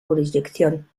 jurisdicción